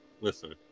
Listen